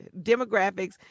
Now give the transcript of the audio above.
demographics